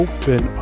Open